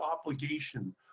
obligation